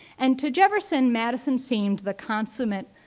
and to jefferson, madison seemed the consummate,